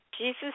Jesus